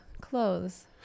clothes